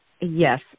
yes